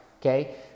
okay